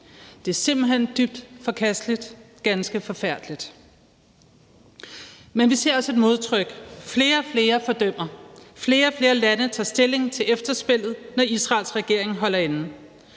Det er simpelt hen dybt forkasteligt og ganske forfærdeligt. Men vi ser også et modtryk. Flere og flere fordømmer det. Flere og flere lande tager stilling til efterspillet, når Israels regering holder inde.